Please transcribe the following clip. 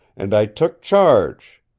and i took charge.